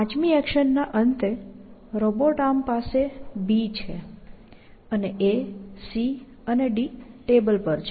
પાંચમી એક્શનના અંતે રોબોટ આર્મ પાસે B છે અને A C D ટેબલ પર છે